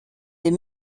des